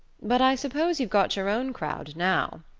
but i suppose you've got your own crowd now,